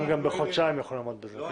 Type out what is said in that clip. אתם גם בחודשיים יכולים לעמוד בזה.